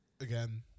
again